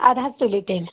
اَدٕ حظ تُلِو تیٚلہِ